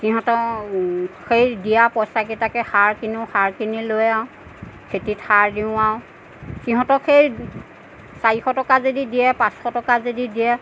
সিহঁতৰ সেই দিয়া পইচাকেইটাকে সাৰ কিনো সাৰ কিনি লৈ যাওঁ খেতিত সাৰ দিওঁ আৰু সিহঁতক সেই চাৰিশ টকা যদি দিয়ে পাঁচশ টকা যদি দিয়ে